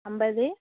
ஐம்பது